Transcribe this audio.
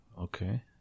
Okay